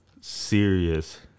serious